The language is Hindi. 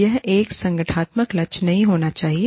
यह एक संगठनात्मक लक्ष्य नहीं होना चाहिए